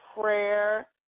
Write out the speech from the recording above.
prayer